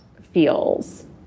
feels